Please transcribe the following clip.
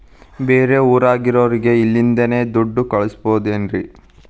ಬೇರೆ ಊರಾಗಿರೋರಿಗೆ ಇಲ್ಲಿಂದಲೇ ದುಡ್ಡು ಕಳಿಸ್ಬೋದೇನ್ರಿ?